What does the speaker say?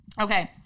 Okay